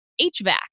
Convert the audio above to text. HVAC